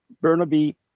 Burnaby